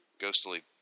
ghostly